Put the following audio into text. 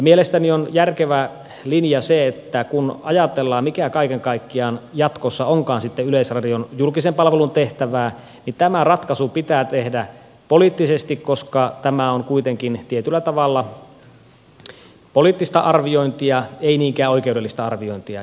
mielestäni on järkevä linja se että kun ajatellaan mikä kaiken kaikkiaan jatkossa onkaan sitten yleisradion julkisen palvelun tehtävää niin tämä ratkaisu pitää tehdä poliittisesti koska tämä on kuitenkin tietyllä tavalla poliittista arviointia ei niinkään oikeudellista arviointia